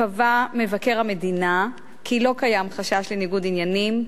קבע מבקר המדינה כי לא קיים חשש לניגוד עניינים,